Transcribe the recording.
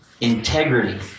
integrity